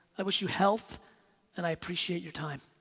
i wish you health and i appreciate your time.